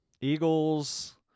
Eagles